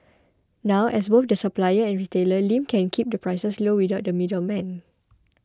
now as both the supplier and retailer Lim can keep the prices low without the middleman